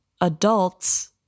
adults